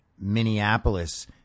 Minneapolis